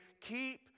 keep